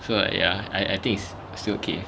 so ya I I think is still okay